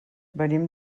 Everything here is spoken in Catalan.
venim